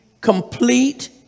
complete